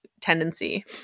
tendency